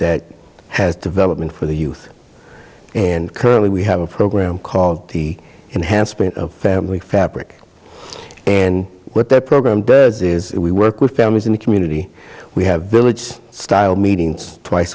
that has development for the youth and currently we have a program called the enhanced family fabric and what their program does is we work with families in the community we have village style meetings twice